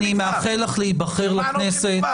אני מאחל לך להיבחר לכנסת,